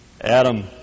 Adam